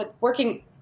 working